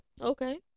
Okay